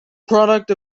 product